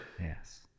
Yes